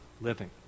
living